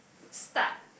start